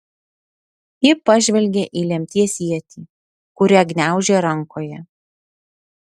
ji pažvelgė į lemties ietį kurią gniaužė rankoje